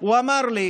הוא אמר לי